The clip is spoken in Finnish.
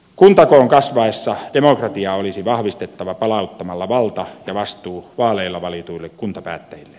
kuntakoon kasvaessa demokratiaa olisi vahvistettava palauttamalla valta ja vastuu vaaleilla valituille kuntapäättäjille